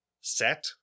set